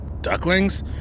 ducklings